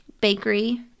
bakery